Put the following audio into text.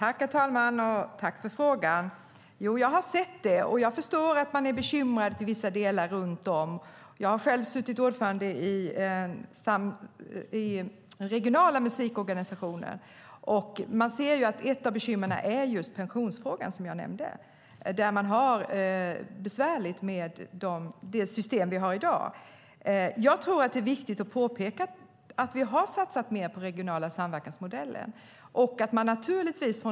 Herr talman! Tack för frågan! Jo, jag har sett pressmeddelandet, och jag förstår att man är bekymrad till vissa delar. Jag har själv suttit som ordförande i regionala musikorganisationer, och ett av bekymren är just pensionsfrågan, som jag nämnde. Man har det besvärligt med det system vi har i dag. Det är viktigt att påpeka att vi har satsat mer på den regionala samverkansmodellen.